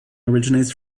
originates